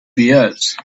behaves